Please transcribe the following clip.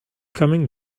coming